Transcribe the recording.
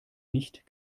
nicht